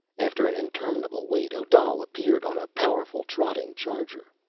after an interminable wait, odal appeared, on a powerful trotting charger.